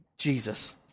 Jesus